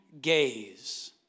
gaze